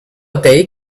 day